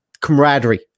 camaraderie